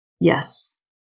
yes